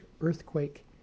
earthquake